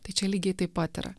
tai čia lygiai taip pat yra